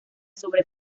sobre